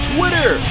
Twitter